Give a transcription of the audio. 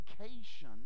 vacation